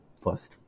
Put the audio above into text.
first